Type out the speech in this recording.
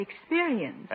experience